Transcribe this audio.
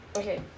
Okay